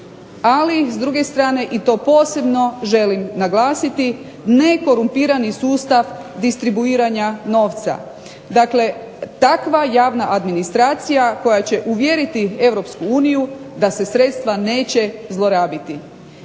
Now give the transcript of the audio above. Ali s druge strane i to posebno želim naglasiti nekorumpirani sustav distribuiranja novca. Dakle, takva javna administracija koja će uvjeriti EU da se sredstva neće zlorabiti.